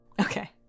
Okay